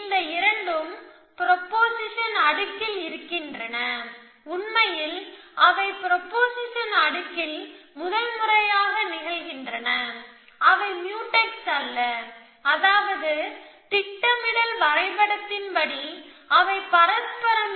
இந்த 2 ம் ப்ரொபொசிஷன் அடுக்கில் இருக்கின்றன உண்மையில் அவை ப்ரொபொசிஷன் அடுக்கில் முதல் முறையாக நிகழ்கின்றன அவை முயூடெக்ஸ் அல்ல அதாவது திட்டமிடல் வரைபடத்தின்படி அவை பரஸ்பரம் இல்லை